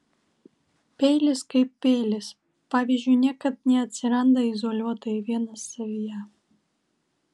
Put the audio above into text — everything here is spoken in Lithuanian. peilis kaip peilis pavyzdžiui niekad neatsiranda izoliuotai vienas savyje